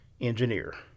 engineer